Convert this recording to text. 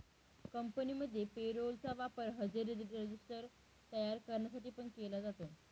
कंपनीमध्ये payroll चा वापर हजेरी रजिस्टर तयार करण्यासाठी पण केला जातो